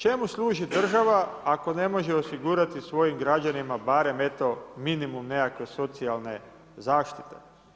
Čemu služi država ako ne može osigurati svojim građanima barem eto minimum nekakve socijalne zaštite.